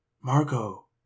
Marco